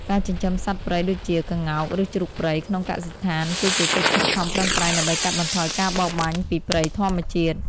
ការចិញ្ចឹមសត្វព្រៃដូចជា ក្ងោក ឬជ្រូកព្រៃ ក្នុងកសិដ្ឋាន គឺជាកិច្ចខិតខំប្រឹងប្រែងដើម្បីកាត់បន្ថយការបរបាញ់ពីព្រៃធម្មជាតិ។